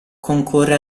concorre